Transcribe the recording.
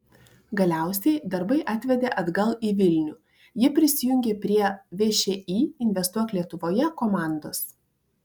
galiausiai darbai atvedė atgal į vilnių ji prisijungė prie všį investuok lietuvoje komandos